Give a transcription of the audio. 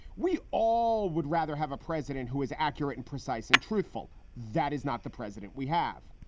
we all would rather have a president who is accurate and precise and truthful. that is not the president we have.